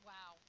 Wow